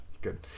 Good